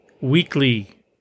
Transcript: weekly